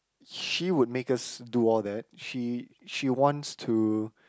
she would make us do all that she she wants to